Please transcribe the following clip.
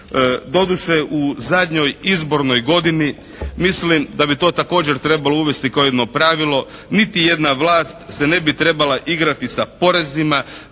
Doduše u zadnjoj izbornoj godini mislim da bi to također trebalo uvesti kao jedno pravilo. Niti jedna vlast se ne bi trebala igrati sa porezima